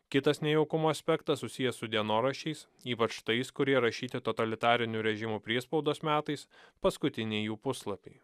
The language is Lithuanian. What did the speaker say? kitas nejaukumo aspektas susijęs su dienoraščiais ypač tais kurie rašyti totalitarinių režimų priespaudos metais paskutiniai jų puslapiai